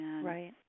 Right